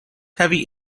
heavy